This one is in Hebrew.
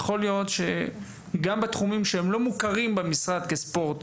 יכול להיות שגם בתחומים שלא מוכרים במשרד כספורט